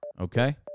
okay